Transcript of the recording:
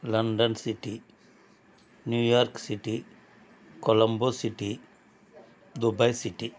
London city New York City Colombo city Dubai city